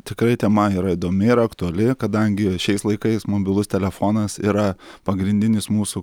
tikrai tema yra įdomi ir aktuali kadangi šiais laikais mobilus telefonas yra pagrindinis mūsų